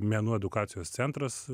menų edukacijos centras